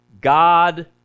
God